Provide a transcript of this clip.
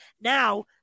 now